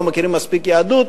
לא מכירים מספיק יהדות,